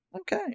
Okay